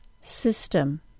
System